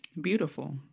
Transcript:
Beautiful